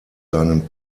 seinen